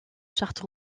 charte